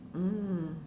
mm